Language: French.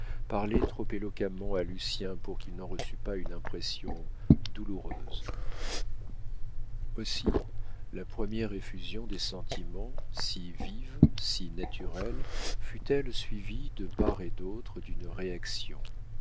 paris parlait trop éloquemment à lucien pour qu'il n'en reçût pas une impression douloureuse aussi la première effusion des sentiments si vive si naturelle fut-elle suivie de part et d'autre d'une réaction